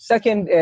Second